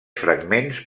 fragments